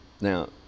Now